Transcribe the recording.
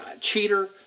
cheater